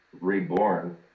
reborn